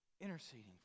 interceding